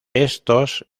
estos